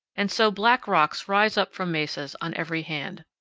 and so black rocks rise up from mesas on every hand.